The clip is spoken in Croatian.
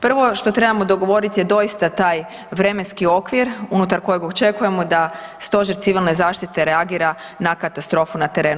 Prvo što trebamo dogovoriti je doista taj vremenski okvir unutar kojeg očekujemo da Stožer civilne zaštite reagira na katastrofu na terenu.